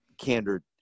candor